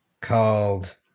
called